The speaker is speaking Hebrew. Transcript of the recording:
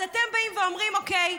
אתם באים ואומרים: אוקיי,